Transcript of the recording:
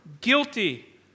Guilty